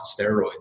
steroids